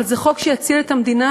אבל זה חוק שיציל את המדינה,